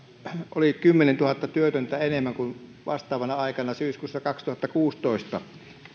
oli kymmenentuhatta työtöntä enemmän kuin syyskuussa kaksituhattakuusitoista